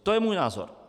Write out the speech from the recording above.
To je můj názor.